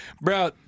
Bro